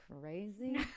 crazy